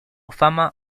fama